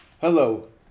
Hello